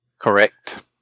Correct